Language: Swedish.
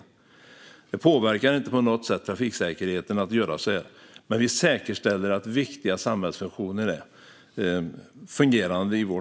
Att göra så påverkar inte på något sätt trafiksäkerheten, men det säkerställer viktiga samhällsfunktioner.